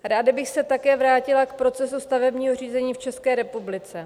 Ráda bych se také vrátila k procesu stavebního řízení v České republice.